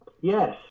Yes